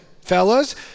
fellas